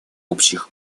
общих